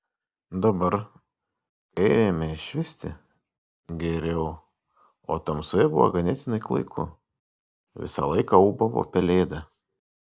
dabar kai ėmė švisti geriau o tamsoje buvo ganėtinai klaiku visą laiką ūbavo pelėda